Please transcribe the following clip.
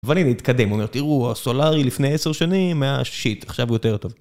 אבל הנה, התקדם, הוא אומר, תראו, הסולארי לפני עשר שנים היה שיט, עכשיו הוא יותר טוב.